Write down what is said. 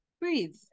breathe